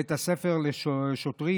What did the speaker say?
בית הספר לשוטרים.